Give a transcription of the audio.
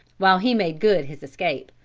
while he made good his escape.